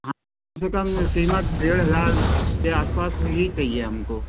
हाँ इससे कम कीमत डेढ़ लाख के आस पास ही चाहिए हम को